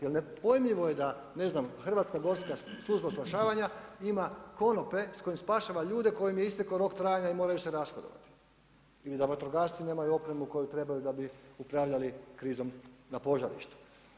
Jer nepojmljivo je da ne znam, Hrvatska gorska služba spašavanja ima konope s kojima spašava ljude kojim je istekao rok trajanja i moraj use rashodovati ili da vatrogasci nemaju opremu koju trebaju da bi upravljali krizom na požarištu.